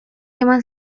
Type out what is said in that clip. eman